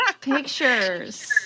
pictures